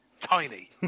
Tiny